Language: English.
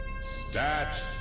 Stat